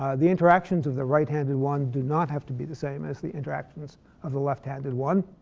the interactions of the right-handed one do not have to be the same as the interactions of the left-handed one.